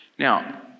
Now